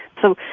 so,